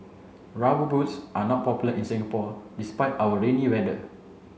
rubber boots are not popular in Singapore despite our rainy weather